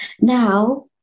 Now